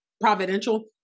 providential